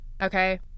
Okay